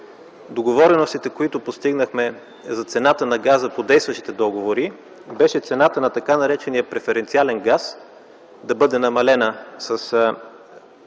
договореностите, които постигнахме за цената на газа по действащите договори беше цената на т. нар. преференциален газ да бъде намалена по